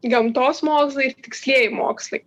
gamtos mokslai ir tikslieji mokslai